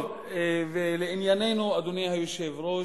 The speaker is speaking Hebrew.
טוב, לענייננו, אדוני היושב-ראש,